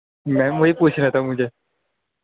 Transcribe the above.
میم وہی پوچھنا تھا مجھے